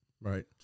Right